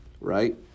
right